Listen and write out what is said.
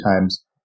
times